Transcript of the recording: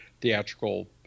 theatrical